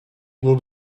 will